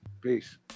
Peace